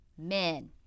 men